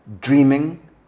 dreaming